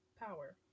power